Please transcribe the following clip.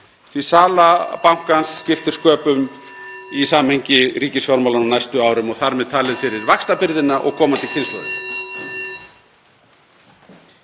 að sala bankans skiptir sköpum í samhengi ríkisfjármálanna á næstu árum og þar með talið fyrir vaxtabyrðina og komandi kynslóðir.